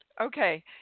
Okay